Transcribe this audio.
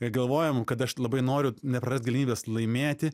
galvojam kad aš labai noriu neprarast galimybės laimėti